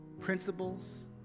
Principles